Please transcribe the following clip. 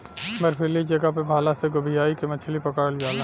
बर्फीली जगह पे भाला से गोभीयाई के मछरी पकड़ल जाला